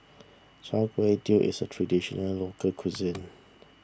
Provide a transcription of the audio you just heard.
Char Kway Teow is a Traditional Local Cuisine